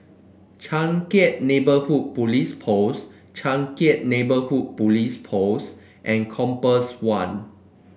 Changkat Neighbourhood Police Post Changkat Neighbourhood Police Post and Compass One